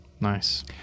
Nice